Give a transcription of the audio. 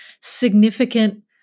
significant